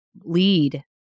lead